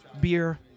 beer